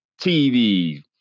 TV